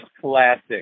classic